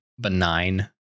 benign